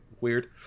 weird